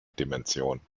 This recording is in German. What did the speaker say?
dimension